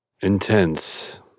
Intense